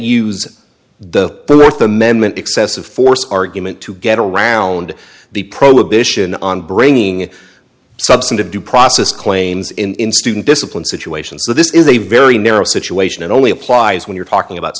use the birth amendment excessive force argument to get around the prohibition on bringing substantive due process claims in student discipline situations so this is a very narrow situation it only applies when you're talking about